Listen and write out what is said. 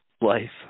life